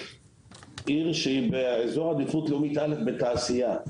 היא עיר באזור עדיפות לאומית בתעשייה,